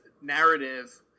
narrative